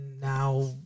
now